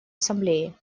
ассамблеи